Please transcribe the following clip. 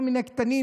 כל מיני קטנים,